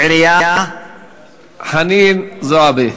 חברת הכנסת חנין זועבי.